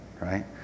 right